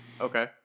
Okay